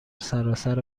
سراسر